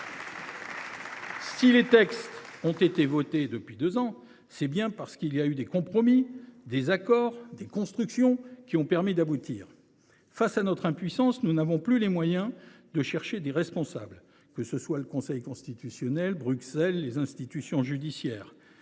si des textes ont été votés depuis deux ans, c’est bien parce qu’il y a eu des compromis, des accords, des constructions qui ont permis d’aboutir ! Face à notre impuissance, nous n’avons plus les moyens de chercher des responsables, que ce soit au Conseil constitutionnel, à Bruxelles ou dans les institutions judiciaires.